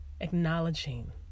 acknowledging